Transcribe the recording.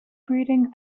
breeding